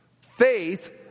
Faith